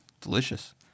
delicious